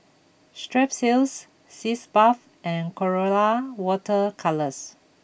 Strepsils Sitz bath and Colora water colours